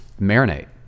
marinate